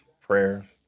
prayer